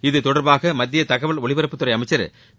இதுதொடர்பாக மத்திய தகவல் ஒலிபரப்புத்துறை அமைச்சர் திரு